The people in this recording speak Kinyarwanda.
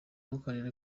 bw’akarere